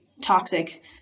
toxic